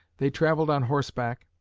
they traveled on horseback,